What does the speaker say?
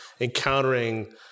encountering